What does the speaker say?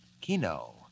Kino